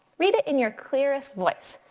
read it in your clearest voice.